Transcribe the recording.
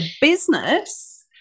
business